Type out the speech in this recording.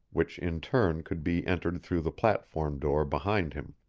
which in turn could be entered through the platform door behind him.